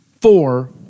four